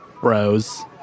bros